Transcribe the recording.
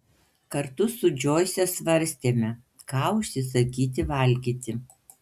kartu su džoise svarstėme ką užsisakyti valgyti